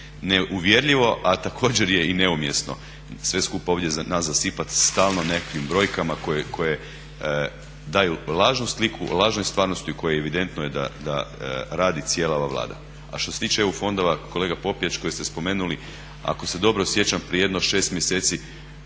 neuvjerljivo, a također je i neumjesno sve skupa ovdje nas zasipati stalno nekakvim brojkama koje daju lažnu sliku o lažnoj stvarnosti u kojoj evidentno je da radi cijela ova Vlada. A što se tiče EU fondova kolega Popijač koje ste spomenuli ako se dobro sjećam prije jedno 6 mjeseci